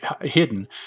hidden